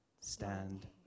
stand